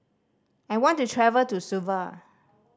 I want to travel to Suva